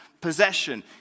possession